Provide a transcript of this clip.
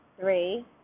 three